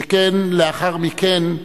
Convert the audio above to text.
שכן לאחר מכן,